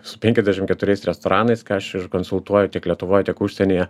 su penkiasdešim keturiais restoranais ką aš ir konsultuoju tiek lietuvoj tiek užsienyje